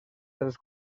dels